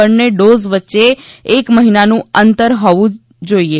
બંને ડોઝ વચ્ચે એક મહિનાનું અંતર હોવું જોઇએ